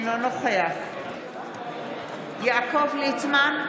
אינו נוכח יעקב ליצמן,